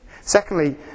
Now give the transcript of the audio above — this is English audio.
Secondly